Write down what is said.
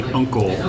uncle